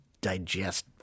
digest